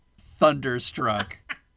thunderstruck